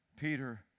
Peter